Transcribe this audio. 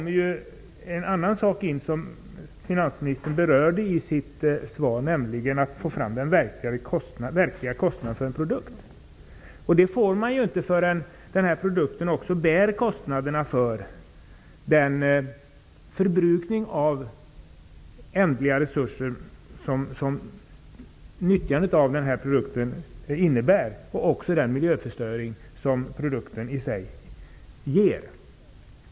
En annan sak som finansministern berörde i sitt svar var tanken på att få fram den verkliga kostnaden för en produkt. Det får man inte förrän produkten också bär kostnaderna för den förbrukning av ändliga resurser som nyttjandet av produkten innebär och också den miljöförstöring som produkten i sig ger.